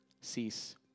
cease